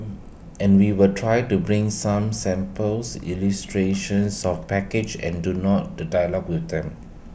and we will try to bring some samples illustrations of package and do not the dialogue with them